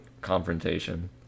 confrontation